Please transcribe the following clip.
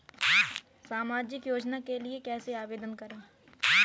सामाजिक योजना के लिए कैसे आवेदन करें?